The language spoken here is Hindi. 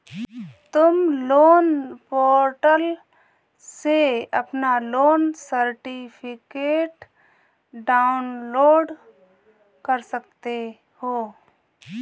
तुम लोन पोर्टल से अपना लोन सर्टिफिकेट डाउनलोड कर सकते हो